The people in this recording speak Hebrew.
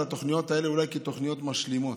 התוכניות האלה אולי כתוכניות משלימות.